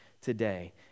today